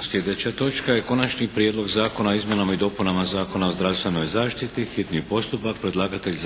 Slijedeća točka je - Konačni prijedlog zakona o izmjenama i dopunama Zakona o zdravstvenoj zaštiti – Predlagatelj